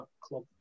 club